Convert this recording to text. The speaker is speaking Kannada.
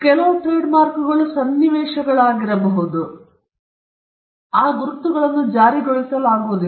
ಕೆಲವು ಟ್ರೇಡ್ಮಾರ್ಕ್ಗಳು ಸನ್ನಿವೇಶಗಳಾಗಿರಬಹುದು ಅಲ್ಲಿ ಬಲವನ್ನು ನವೀಕರಿಸಲಾಗದಿದ್ದಲ್ಲಿ ಅಥವಾ ಬಲ ಬಳಸದೆ ಹೋದರೆ ಆ ಗುರುತುಗಳನ್ನು ಜಾರಿಗೊಳಿಸಲಾಗುವುದಿಲ್ಲ